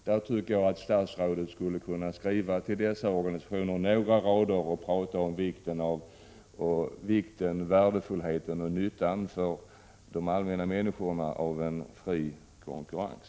Jag tycker att statsrådet skall skriva några rader till dessa organisationer och tala om vikten, värdet och nyttan för människorna av en fri konkurrens.